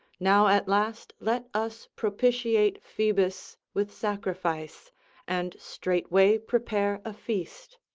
now at last let us propitiate phoebus with sacrifice and straightway prepare a feast.